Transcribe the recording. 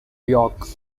york